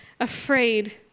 afraid